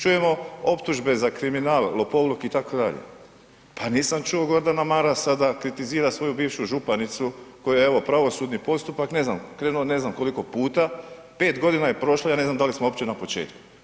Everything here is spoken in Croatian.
Čujemo za optužbe za kriminal, lopovluk, itd., pa nisam čuo Gordana Marasa da kritizira svoju bivšu županicu kojoj evo, pravosudni postupak ne znam, krenuo ne znam koliko puta, 5 godina je prošlo, ja ne znam da li smo uopće na početku.